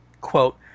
quote